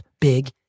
big